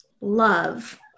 love